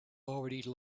already